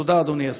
תודה, אדוני השר.